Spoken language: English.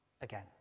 again